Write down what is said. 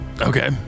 Okay